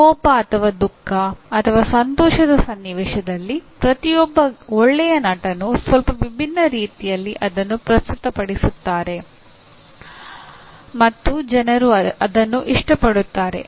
ಕೋಪ ಅಥವಾ ದುಃಖ ಅಥವಾ ಸಂತೋಷದ ಸನ್ನಿವೇಶದಲ್ಲಿ ಪ್ರತಿಯೊಬ್ಬ ಒಳ್ಳೆಯ ನಟನು ಸ್ವಲ್ಪ ವಿಭಿನ್ನ ರೀತಿಯಲ್ಲಿ ಅದನ್ನು ಪ್ರಸ್ತುತಪಡಿಸುತ್ತಾರೆ ಮತ್ತು ಜನರು ಅದನ್ನು ಇಷ್ಟಪಡುತ್ತಾರೆ